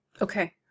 Okay